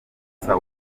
soudan